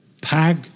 pack